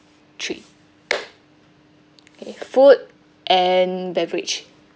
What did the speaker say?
three okay food and beverage